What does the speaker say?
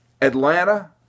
Atlanta